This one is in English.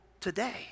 today